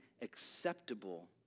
acceptable